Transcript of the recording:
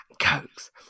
cokes